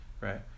right